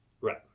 Right